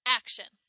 action